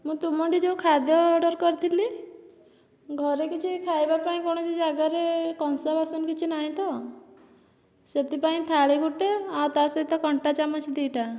ମୁଁ ତୁମଠୁ ଯେଉଁ ଖାଦ୍ୟ ଅର୍ଡ଼ର କରିଥିଲି ଘରେ କିଛି ଖାଇବା ପାଇଁ କୌଣସି ଜାଗାରେ କଂସାବାସନ କିଛି ନାହିଁ ତ ସେଥିପାଇଁ ଥାଳି ଗୋଟେ ଆଉ ତାସହିତ କଣ୍ଟା ଚାମଚ ଦୁଇଟା